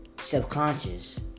subconscious